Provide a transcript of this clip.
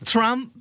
Trump